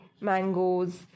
mangoes